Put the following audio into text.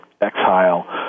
exile